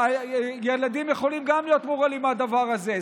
גם ילדים יכולים להיות מורעלים מהדבר הזה,